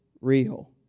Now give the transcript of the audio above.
real